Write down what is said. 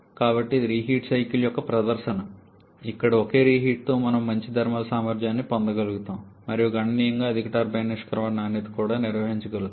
కాబట్టి ఇది reheat cycle యొక్క ప్రదర్శన ఇక్కడ ఒకే రీహీట్తో మనం మంచి థర్మల్ సామర్థ్యాన్ని పొందగలుగుతాము మరియు గణనీయంగా అధిక టర్బైన్ నిష్క్రమణ నాణ్యతను కూడా నిర్వహించగలుగుతాము